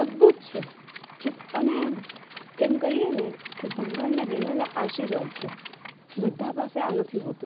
અદ્ભુત છે છે અને એમ કહીએને કે ભગવાનના દીધેલા આશીર્વાદ છે બધા પાસે આ નથી હોતું